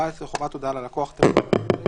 14) (חובת הודעה ללקוח טרם סירוב שיק),